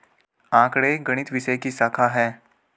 आंकड़े गणित विषय की शाखा हैं